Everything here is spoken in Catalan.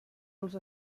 els